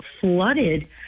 flooded